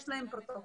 יש להם פרוטוקול,